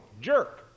jerk